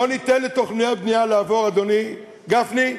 לא ניתן לתוכניות בנייה לעבור, אדוני, גפני,